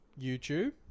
youtube